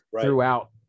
throughout